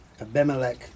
Abimelech